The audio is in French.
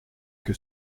que